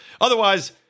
Otherwise